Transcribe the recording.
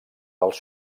dels